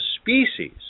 species